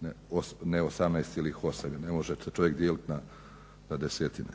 ne 18,8 jer ne može se čovjek dijeliti na desetine.